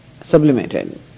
sublimated